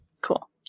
Cool